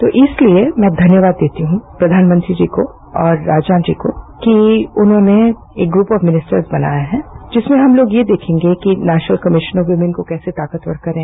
तो इसलिए मैं धन्यवाद देती हूं प्रधानमंत्री जी को और राजनाथ जी को कि उन्होंने एक यूप ऑफ मिनिस्टर्स बनाया है जिसमें हम लोग ये देखेंगे कि नेशनल कमिशन ऑफ वुमैन को कैसे ताकतवर करें